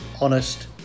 honest